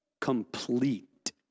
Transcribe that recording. complete